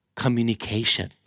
communication